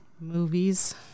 Movies